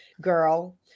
girl